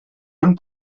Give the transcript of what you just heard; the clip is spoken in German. von